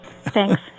Thanks